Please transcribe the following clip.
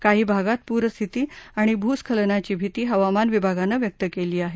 काही भागात पूरस्थिती आणि भूस्खलनाची भिती हवामान विभागानं व्यक्त केली आहे